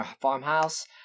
farmhouse